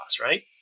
right